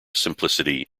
simplicity